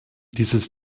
dieses